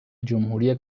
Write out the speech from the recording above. جمهوری